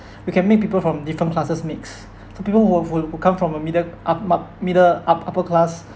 we can make people from different classes mix so people who who who come from a middle up mi~ middle up~ upper class